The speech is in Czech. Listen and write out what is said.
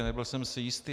Nebyl jsem si jistý.